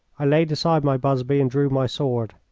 i laid aside my busby and drew my sword.